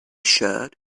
shared